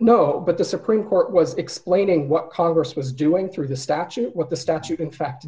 no but the supreme court was explaining what congress was doing through the statute what the statute in fact